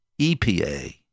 EPA